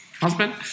husband